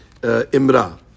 imra